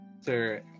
Sir